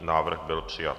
Návrh byl přijat.